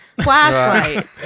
flashlight